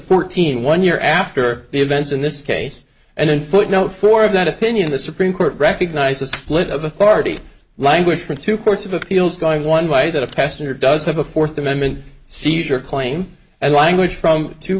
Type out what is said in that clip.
fourteen one year after the events in this case and in footnote four of that opinion the supreme court recognized the split of authority language from two courts of appeals going one way that a passenger does have a fourth amendment seizure claim and language from two